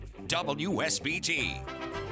WSBT